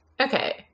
Okay